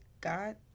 god